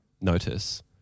notice